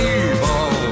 evil